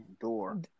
door